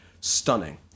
stunning